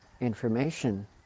information